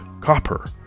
copper